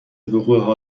وقوع